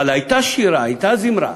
אבל הייתה שירה, הייתה זמרה.